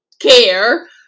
care